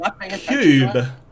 cube